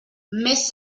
més